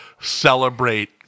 celebrate